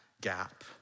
gap